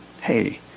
Hey